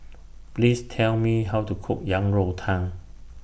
Please Tell Me How to Cook Yang Rou Tang